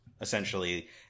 essentially